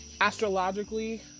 astrologically